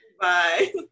Bye